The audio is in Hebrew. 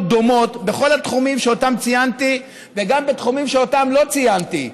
דומות בכל התחומים שציינתי וגם בתחומים שלא ציינתי: